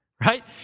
Right